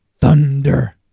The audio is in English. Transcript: thunder